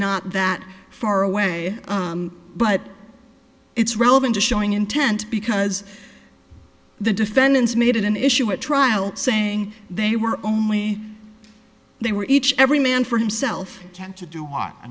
not that far away but it's relevant to showing intent because the defendants made it an issue at trial saying they were only they were each every man for himself can't to do what i